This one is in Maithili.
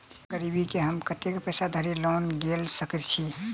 बिना गिरबी केँ हम कतेक पैसा धरि लोन गेल सकैत छी?